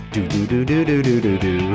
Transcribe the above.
Do-do-do-do-do-do-do-do